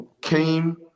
came